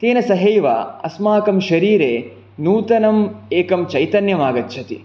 तेन सहैव अस्माकं शरीरे नूतनम् एकं चैतन्यम् आगच्छति